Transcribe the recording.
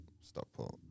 Stockport